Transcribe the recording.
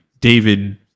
David